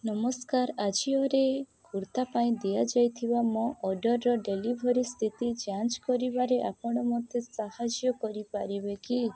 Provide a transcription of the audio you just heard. ନମସ୍କାର ଆଜିଓରେ କୁର୍ତ୍ତା ପାଇଁ ଦିଆଯାଇଥିବା ମୋ ଅର୍ଡ଼ର୍ର ଡେଲିଭରୀ ସ୍ଥିତି ଯାଞ୍ଚ କରିବାରେ ଆପଣ ମୋତେ ସାହାଯ୍ୟ କରିପାରିବେ କି